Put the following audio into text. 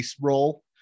role